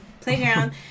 Playground